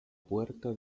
puerta